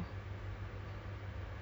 I